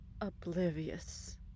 oblivious